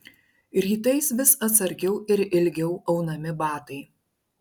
rytais vis atsargiau ir ilgiau aunami batai